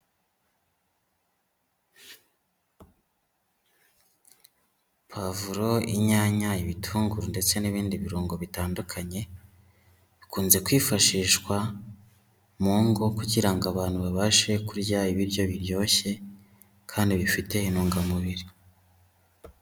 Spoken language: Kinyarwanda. Pavuro, inyanya, ibitunguru ndetse n'ibindi birungo bitandukanye, bikunze kwifashishwa mu ngo kugira ngo abantu babashe kurya ibiryo biryoshye kandi bifite intungamubiri.